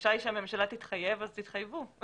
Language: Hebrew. הדרישה היא שהממשלה תתחייב אז תתחייבו.